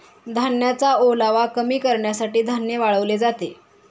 धान्याचा ओलावा कमी करण्यासाठी धान्य वाळवले जाते